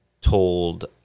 told